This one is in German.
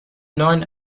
neuen